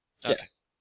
Yes